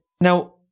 Now